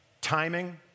timing